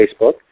Facebook